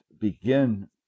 begin